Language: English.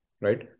Right